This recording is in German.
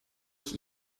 ich